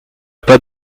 pas